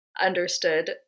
understood